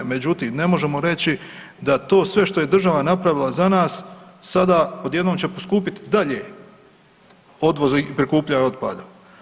Međutim, ne možemo reći da to sve što je država napravila za nas sada odjednom će poskupit dalje odvoz i prikupljanje otpada.